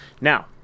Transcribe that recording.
Now